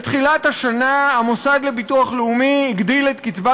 בתחילת השנה המוסד לביטוח לאומי הגדיל את קצבת